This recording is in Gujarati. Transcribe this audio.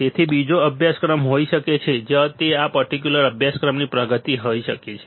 તેથી બીજો અભ્યાસક્રમ હોઈ શકે છે જ્યાં તે આ પર્ટિક્યુલર અભ્યાસક્રમની પ્રગતિ હોઈ શકે છે